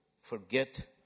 forget